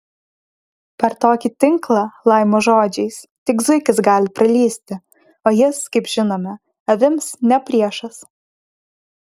per tokį tinklą laimo žodžiais tik zuikis gali pralįsti o jis kaip žinome avims ne priešas